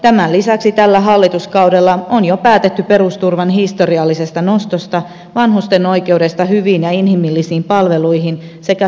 tämän lisäksi tällä hallituskaudella on jo päätetty perusturvan historiallisesta nostosta vanhusten oikeudesta hyviin ja inhimillisiin palveluihin sekä solidaarisuusveroista